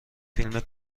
فیلم